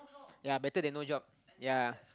ya better than no job ya